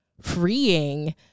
freeing